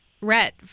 Rhett